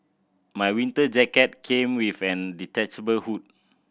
my winter jacket came with an detachable hood